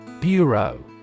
Bureau